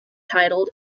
titled